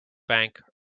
bank